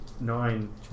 nine